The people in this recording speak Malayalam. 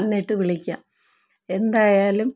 വന്നിട്ട് വിളിക്കാം എന്തായാലും